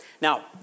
Now